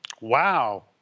Wow